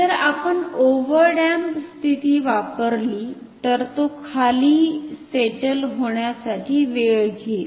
जर आपण over damp स्थिती वापरली तर तो खाली सेटल होण्यासाठी वेळ घेईल